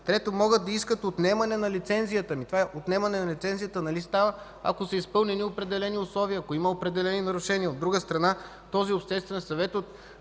трето, могат да искат отнемане на лицензията. Ами, отнемането на лицензията става, ако са изпълнени определени условия, ако има определени нарушения?! Освен това този обществен съвет от